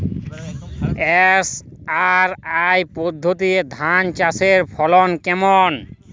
SRI পদ্ধতি ধান চাষের ফলন কেমন?